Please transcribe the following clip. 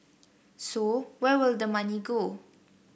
so where will the money go